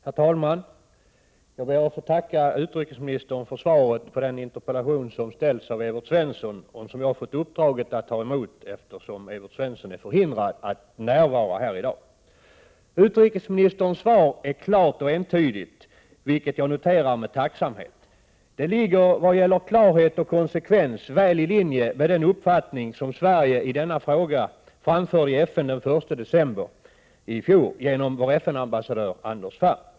Herr talman! Jag ber att få tacka utrikesministern för svaret på den interpellation som har framställts av Evert Svensson och som jag har fått uppdraget att ta emot, eftersom han är förhindrad att närvara här i dag. Utrikesministerns svar är klart och entydigt, vilket jag noterar med tacksamhet. Det ligger vad gäller klarhet och konsekvens väl i linje med den uppfattning som Sverige i denna fråga framförde i FN den 1 december i fjol genom vår FN-ambassadör Anders Ferm.